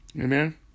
Amen